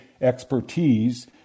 expertise